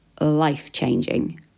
life-changing